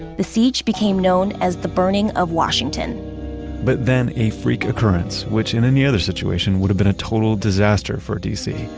the siege became known as the burning of washington but then, a freak occurrence, which in any other situation would have been a total disaster for d c,